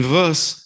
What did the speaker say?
verse